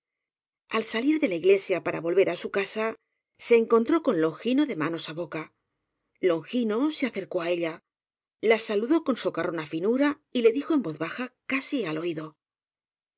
al salir de la iglesia para volver á su casa se en contró con longino de manos á boca longino se acercó á ella la saludó con socarrona finura y le dijo en voz baja casi al oído